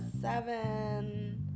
seven